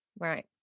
right